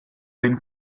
been